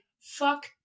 fuck